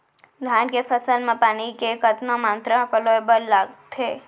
धान के फसल म पानी के कतना मात्रा पलोय बर लागथे?